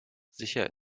sicher